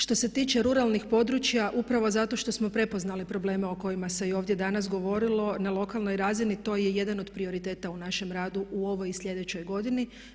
Što se tiče ruralnih područja upravo zato što smo prepoznali probleme o kojima se i ovdje danas govorilo na lokalnoj razini to je jedan od prioriteta u našem radu u ovoj i sljedećoj godini.